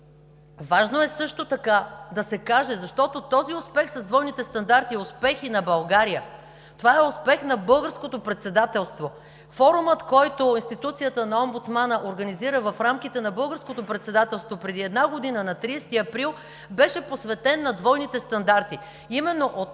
Важно е също така да се каже, защото този успех с двойните стандарти е успех и на България, това е успех на Българското председателство. Форумът, който институцията на Омбудсмана организира в рамките на Българското председателство преди една година – на 30 април, беше посветен на двойните стандарти.